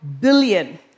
billion